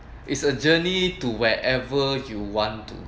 it's a journey to wherever you want to